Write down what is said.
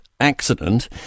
accident